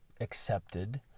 accepted